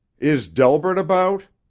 is delbert about?